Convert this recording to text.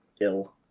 ill